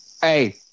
Hey